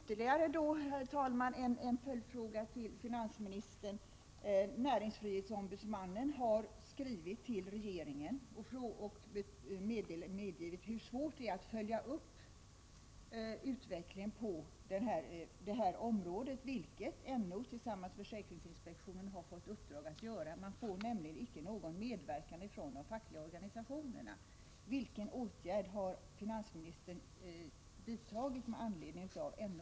Herr talman! Jag vill ställa ytterligare en följdfråga till finansministern. Näringsfrihetsombudsmannen har i en skrivelse till regeringen medgivit hur svårt det är att följa upp utvecklingen på det här området, vilket NO tillsammans med försäkringsinspektionen har fått i uppdrag att göra. Man får nämligen icke någon medverkan från de fackliga organisationerna. Vilken åtgärd har finansministern vidtagit med anledning av NO:s brev?